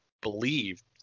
believed